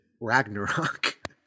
ragnarok